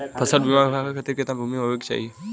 फ़सल बीमा पावे खाती कितना भूमि होवे के चाही?